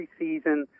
preseason